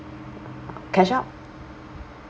cash out